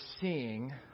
seeing